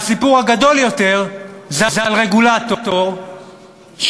והסיפור הגדול יותר זה על רגולטור ששכח,